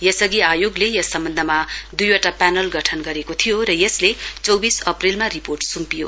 यस अघि आयोगले यस सम्वन्धमा दुईवटा प्यानल गठन गरेको थियो र यसले चौविस अप्रेलमा रिपोर्ट सुम्पियो